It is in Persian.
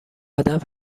ادب